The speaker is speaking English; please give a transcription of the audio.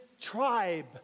tribe